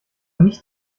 nicht